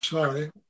Sorry